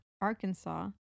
Arkansas